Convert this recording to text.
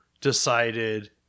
decided